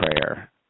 prayer